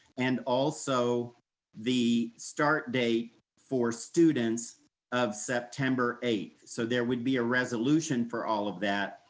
and also the start date for students of september eighth. so there would be a resolution for all of that.